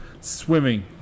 swimming